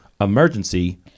Emergency